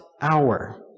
hour